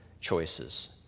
choices